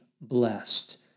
blessed